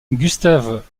gustave